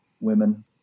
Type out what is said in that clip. women